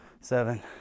seven